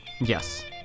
Yes